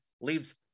Leaves